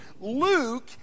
Luke